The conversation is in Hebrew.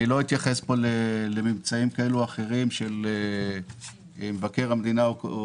לא אתייחס פה לממצאים כאלה ואחרים של מבקר המדינה.